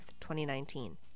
2019